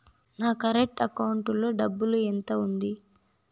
నా current account లో డబ్బులు ఎంత ఉంది?